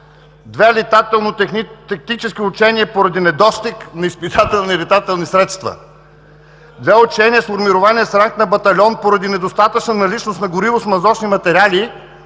Две летателно-тактически учения поради недостиг на изпитателни и летателни средства; две учения с формирования с ранг на батальон поради недостатъчна наличност на гориво, смазочни материали